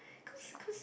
cause cause